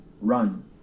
run